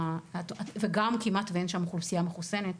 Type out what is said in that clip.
וגם כמעט שאין שם אוכלוסייה מחוסנת,